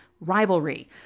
rivalry